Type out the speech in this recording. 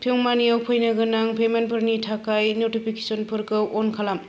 पेइउमानियाव फैनो गोनां पेमेन्टफोरनि थाखाय नटिफिकेसनफोरखौ अन खालाम